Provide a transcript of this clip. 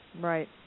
Right